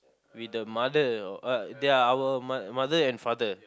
with the mother uh they are our ma~ mother and father